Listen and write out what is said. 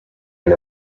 end